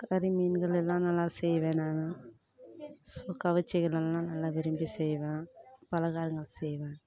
கறி மீன்களெல்லாம் நல்லா செய்வேன் நான் ஸோ கவிச்சிகளெல்லாம் நல்லா விரும்பி செய்வேன் பலகாரங்கள் செய்வேன்